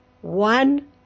one